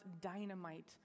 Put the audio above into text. dynamite